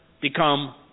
become